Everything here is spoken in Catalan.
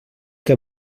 que